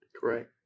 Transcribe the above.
Correct